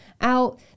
out